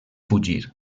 fugir